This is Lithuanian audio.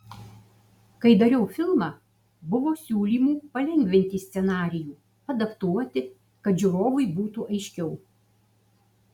kai dariau filmą buvo siūlymų palengvinti scenarijų adaptuoti kad žiūrovui būtų aiškiau